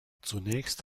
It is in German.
zunächst